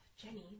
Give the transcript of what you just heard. Jenny